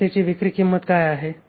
मारुतीची विक्री किंमत काय आहे